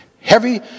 heavy